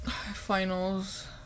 Finals